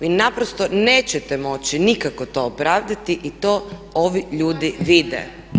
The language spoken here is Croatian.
Vi naprosto nećete moći nikako to opravdati i to ovi ljudi vide.